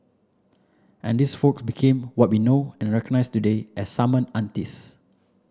and these folk became what we know and recognise today as summon aunties